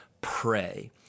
pray